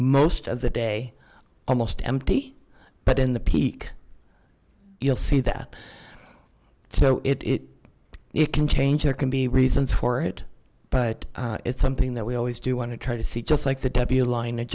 most of the day almost empty but in the peak you'll see that so it it can change there can be reasons for it but it's something that we always do want to try to see just like the w line